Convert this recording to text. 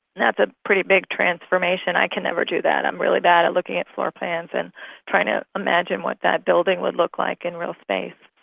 that's a pretty big transformation. i could never do that, i'm really bad at looking at floor plans and trying to imagine what that building would look like in real space.